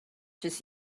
just